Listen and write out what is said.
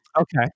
Okay